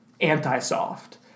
anti-soft